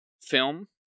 film